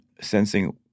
sensing